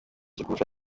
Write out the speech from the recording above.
kurusha